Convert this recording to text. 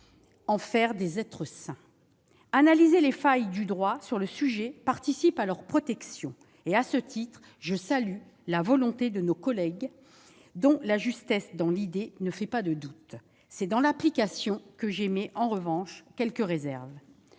en faire des êtres sains. Analyser les failles du droit sur le sujet participe de leur protection. À ce titre, je salue la volonté de nos collègues, dont la justesse dans l'idée ne fait pas de doute. C'est dans l'application que j'émets en revanche quelques réserves.